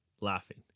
laughing